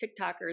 TikTokers